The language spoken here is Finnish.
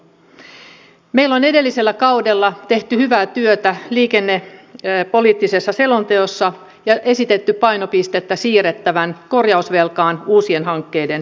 meillä on edellisellä kaudella tehty hyvää työtä liikennepoliittisessa selonteossa ja esitetty että painopistettä siirretään korjausvelkaan uusien hankkeiden sijasta